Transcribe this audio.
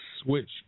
switch